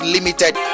Limited